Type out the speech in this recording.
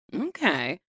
Okay